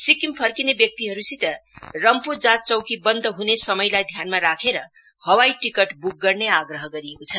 सिक्किम फर्किने व्यक्तिहरूसित रम्फु जाँच चौकी बन्द हुने समयलाई ध्यानमा राखेर हवाई टिकट बुक गर्ने आग्रह गरिएको छ